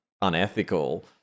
unethical